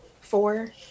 four